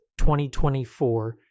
2024